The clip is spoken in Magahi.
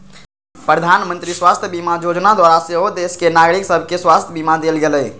प्रधानमंत्री स्वास्थ्य बीमा जोजना द्वारा सेहो देश के नागरिक सभके स्वास्थ्य बीमा देल गेलइ